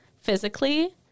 physically